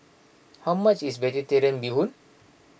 how much is Vegetarian Bee Hoon